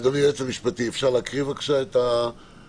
אדוני היועץ המשפטי, אפשר להקריא בבקשה את התקנות.